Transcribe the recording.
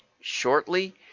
shortly